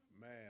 Man